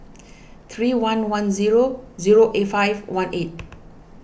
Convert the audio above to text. three one one zero zero eight five one eight